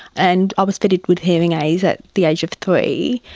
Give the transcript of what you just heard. and i was fitting with hearing aids at the age of three.